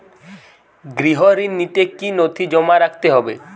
গৃহ ঋণ নিতে কি কি নথি জমা রাখতে হবে?